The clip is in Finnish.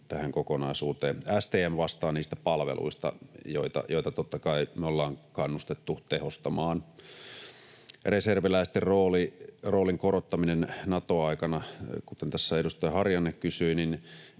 tähän kokonaisuuteen. STM vastaa niistä palveluista, joita, totta kai, me olemme kannustaneet tehostamaan. Reserviläisten roolin korottamisesta Nato-aikana, kuten tässä edustaja Harjanne kysyi, on